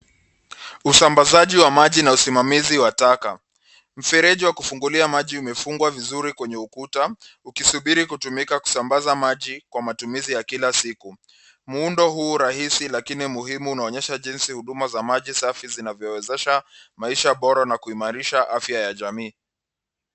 Usambazaji wa maji na usimamizi wa taka. Mfereji wa kufungulia maji umefungwa vizuri kwenye ukuta, ukisubiri kutumika kusambaza maji kwa matumizi ya kila siku. Muundo huu rahisi lakini muhimu unaonyesha jinsi huduma za maji safi zinavyowezesha maisha bora na kuimarisha afya ya jamii.